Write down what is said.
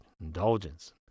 indulgence